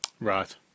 Right